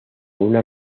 una